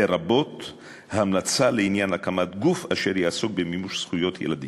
לרבות המלצה לעניין הקמת גוף אשר יעסוק במימוש זכויות ילדים,